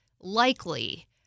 likely